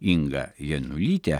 inga janulytė